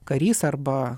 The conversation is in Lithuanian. karys arba